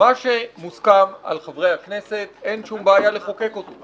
מה שמוסכם על חברי הכנסת אין שום בעיה לחוקק אותו.